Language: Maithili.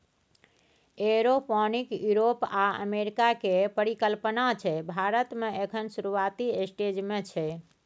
ऐयरोपोनिक युरोप आ अमेरिका केर परिकल्पना छै भारत मे एखन शुरूआती स्टेज मे छै